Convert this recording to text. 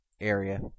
area